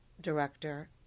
director